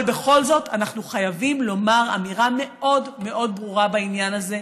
אבל בכל זאת אנחנו חייבים לומר אמירה מאוד מאוד ברורה בעניין הזה: